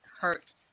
hurt